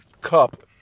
cup